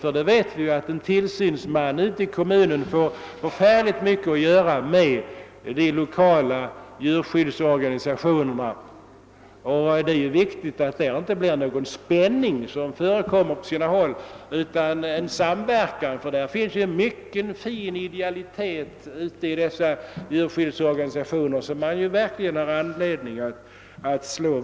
Vi vet ju att en tillsynsman i en kommun får mycket att göra med de lokala djurskyddsorganisationerna, och det är betydelsefullt att det därvid inte blir nå gon spänning, vilket förekommer på sina håll, utan en samverkan. Det finns mycken fin idealitet inom dessa organisationer som man verkligen bör slå vakt om.